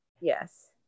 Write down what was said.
Yes